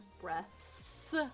breaths